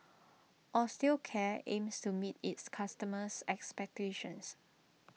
Osteocare aims to meet its customers' expectations